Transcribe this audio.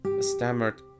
stammered